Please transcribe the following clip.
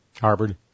Harvard